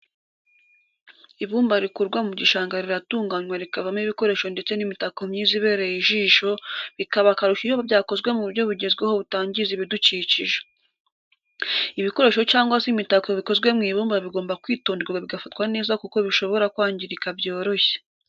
Ibumba rikurwa mu gishanga riratunganywa rikavamo ibikoresho ndetse n'imitako myiza ibereye ijisho, bikaba akarusho iyo byakozwe mu buryo bugezweho butangiza ibidukikije. Ibikoresho cyangwa se imitako bikozwe mu ibumba bigomba kwitonderwa bigafatwa neza kuko bishobora kwangirika byoroshye.